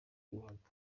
ruhago